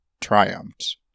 triumphed